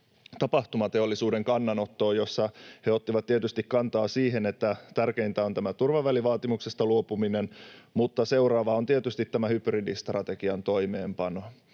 tapahtumateollisuuden kannanottoon, jossa he ottivat tietysti kantaa siihen, että tärkeintä on tämä turvavälivaatimuksesta luopuminen, mutta seuraava on tietysti tämä hybridistrategian toimeenpano.